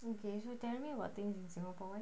okay so tell me about things in singapore